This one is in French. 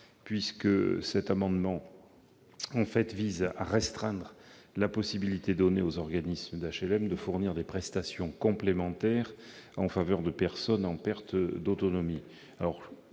Cet amendement vise à restreindre la possibilité donnée aux organismes d'HLM de fournir des prestations complémentaires en faveur de personnes en perte d'autonomie.